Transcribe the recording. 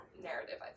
narrative